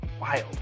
Wild